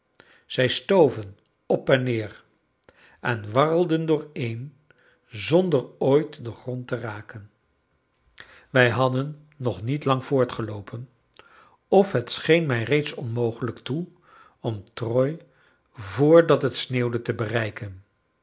zij stoven op-en-neer en warrelden dooreen zonder ooit den grond te raken wij hadden nog niet lang voortgeloopen of het scheen mij reeds onmogelijk toe om troyes vr dat het sneeuwde te bereiken